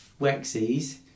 Wexies